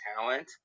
talent